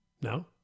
No